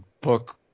book